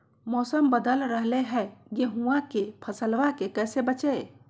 मौसम बदल रहलै है गेहूँआ के फसलबा के कैसे बचैये?